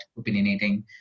opinionating